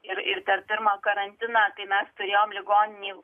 ir ir per pirmą karantiną kai mes turėjome ligoninėj